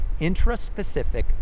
Intraspecific